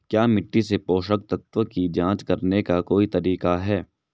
क्या मिट्टी से पोषक तत्व की जांच करने का कोई तरीका है?